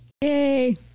yay